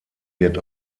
wird